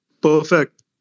Perfect